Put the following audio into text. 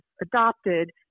adopted